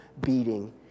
beating